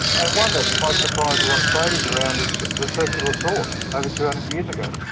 and one that might surprise a lot of tradies around is the circular saw over two hundred years ago.